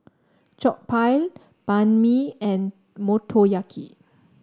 Jokbal Banh Mi and Motoyaki